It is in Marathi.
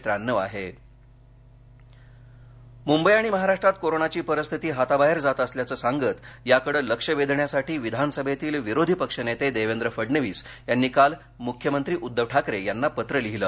फडणवीस मुंबई आणि महाराष्ट्रात कोरोनाची परिस्थिती हाताबाहेर जात असल्याचं सांगत याकडे लक्ष वेधण्यासाठी विधानसभेतील विरोधी पक्षनेते देवेंद्र फडणवीस यांनी काल मुख्यमंत्री उद्धव ठाकरे यांना पत्र लिहिलं